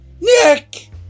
Nick